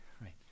right